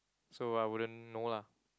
so I wouldn't know lah